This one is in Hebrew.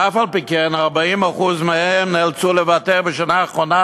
ואף-על-פי-כן 40% מהם נאלצו לוותר בשנה האחרונה